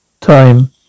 time